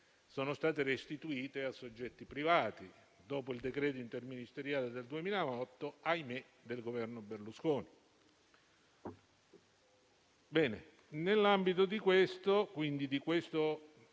sono state restituite a soggetti privati, dopo il decreto interministeriale del 2008 - ahimè - del Governo Berlusconi. Nell'ambito di questo